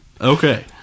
Okay